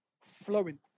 flowing